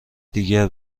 دیگر